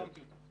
השלמתי אותו.